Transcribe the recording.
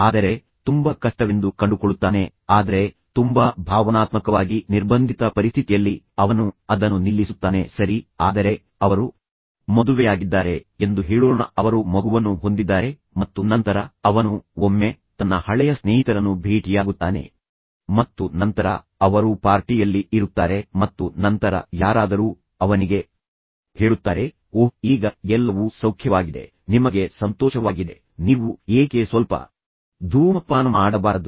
ಆದರೆ ತುಂಬಾ ಕಷ್ಟವೆಂದು ಕಂಡುಕೊಳ್ಳುತ್ತಾನೆ ಆದರೆ ತುಂಬಾ ಭಾವನಾತ್ಮಕವಾಗಿ ನಿರ್ಬಂಧಿತ ಪರಿಸ್ಥಿತಿಯಲ್ಲಿ ಅವನು ಅದನ್ನು ನಿಲ್ಲಿಸುತ್ತಾನೆ ಸರಿ ಆದರೆ ಅವರು ಮದುವೆಯಾಗಿದ್ದಾರೆ ಎಂದು ಹೇಳೋಣ ಅವರು ಮಗುವನ್ನು ಹೊಂದಿದ್ದಾರೆ ಮತ್ತು ನಂತರ ಅವನು ಒಮ್ಮೆ ತನ್ನ ಹಳೆಯ ಸ್ನೇಹಿತರನ್ನು ಭೇಟಿಯಾಗುತ್ತಾನೆ ಮತ್ತು ನಂತರ ಅವರು ಪಾರ್ಟಿ ಯಲ್ಲಿ ಇರುತ್ತಾರೆ ಮತ್ತು ನಂತರ ಯಾರಾದರೂ ಅವನಿಗೆ ಹೇಳುತ್ತಾರೆ ಓಹ್ ಈಗ ಎಲ್ಲವೂ ಸೌಖ್ಯವಾಗಿದೆ ನಿಮಗೆ ಸಂತೋಷವಾಗಿದೆ ನೀವು ಏಕೆ ಸ್ವಲ್ಪ ಧೂಮಪಾನ ಮಾಡಬಾರದು